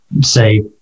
say